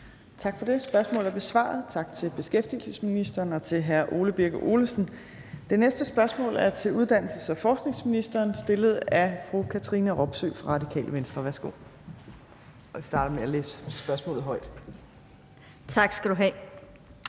Tak for det. Spørgsmålet er besvaret. Tak til beskæftigelsesministeren og til hr. Ole Birk Olesen. Det næste spørgsmål er til uddannelses- og forskningsministeren stillet af fru Katrine Robsøe, Radikale Venstre. Kl. 15:37 Spm. nr. S 547 10)